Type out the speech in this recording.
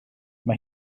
mae